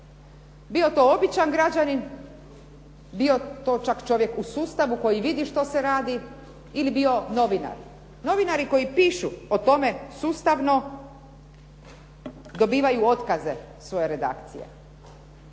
bio to običan građanin, bio to čak čovjek u sustavu koji vidi što se radi ili bio novinar. Novinari koji pišu o tome sustavno dobivaju otkaze svoje redakcije